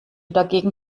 dagegen